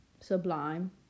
sublime